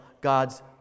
God's